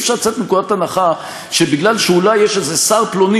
אי-אפשר לצאת מנקודת הנחה שמפני שאולי יש איזה שר פלוני